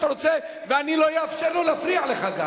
רוצה ואני גם לא אאפשר לו להפריע לך.